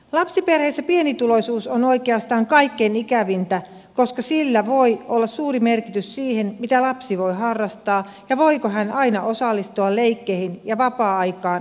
lapsiperheissä pienituloisuus on oikeastaan kaikkein ikävintä koska sillä voi olla suuri merkitys sille mitä lapsi voi harrastaa ja voiko hän aina osallistua leikkeihin ja vapaa aikaan kavereiden kanssa